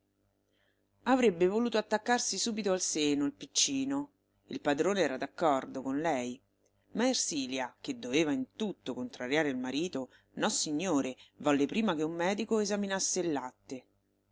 avrebbe voluto attaccarsi subito al seno il piccino il padrone era d'accordo con lei ma ersilia che doveva in tutto contrariare il marito nossignore volle prima che un medico esaminasse il latte